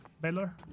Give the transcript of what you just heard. Baylor